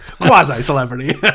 Quasi-celebrity